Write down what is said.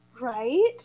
Right